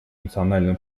национальную